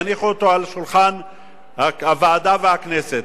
יניחו אותו על שולחן הוועדה והכנסת.